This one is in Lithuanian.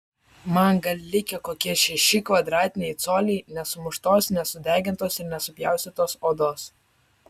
man gal likę kokie šeši kvadratiniai coliai nesumuštos nesudegintos ir nesupjaustytos odos